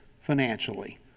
financially